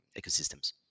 ecosystems